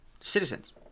citizens